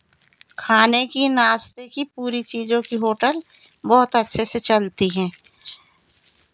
खाने की नाश्ते की पूरी चीज़ों की होटल बहुत अच्छे से चलती हैं